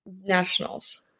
Nationals